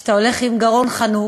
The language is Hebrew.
כשאתה הולך עם גרון חנוק,